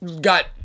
got